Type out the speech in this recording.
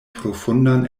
profundan